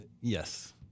Yes